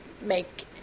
make